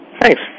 Thanks